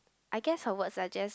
I guess her words are just